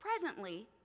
presently